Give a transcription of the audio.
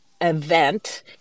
event